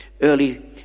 early